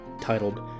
titled